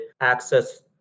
Access